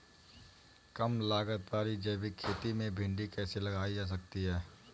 कम लागत वाली जैविक खेती में भिंडी कैसे लगाई जा सकती है?